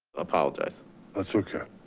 apologize. that's okay.